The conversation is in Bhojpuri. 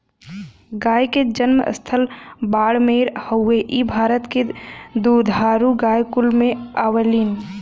गाय क जनम स्थल बाड़मेर हउवे इ भारत के दुधारू गाय कुल में आवलीन